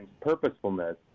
purposefulness